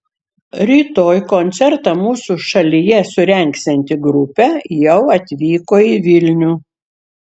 rytoj koncertą mūsų šalyje surengsianti grupė jau atvyko į vilnių